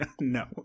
No